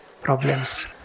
problems